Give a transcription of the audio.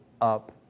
up